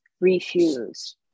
refuse